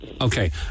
Okay